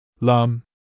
Lum